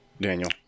Daniel